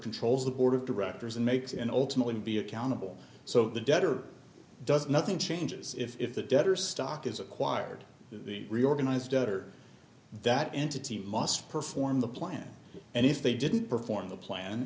country the board of directors and makes and ultimately be accountable so the debtor does nothing changes if the debtor stock is acquired the reorganize debtor that entity must perform the plan and if they didn't perform the plan